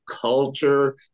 culture